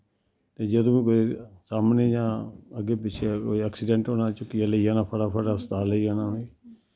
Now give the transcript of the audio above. ते जदूं बी कोई सांभनी जां अग्गें पिच्छें कोई ऐक्सिडैंट होना चुक्कियै लेई जाना फटा फट लेई जाना हस्पताल लेई जाना